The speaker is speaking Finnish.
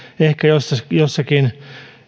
ehkä jossakin